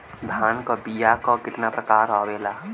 धान क बीया क कितना प्रकार आवेला?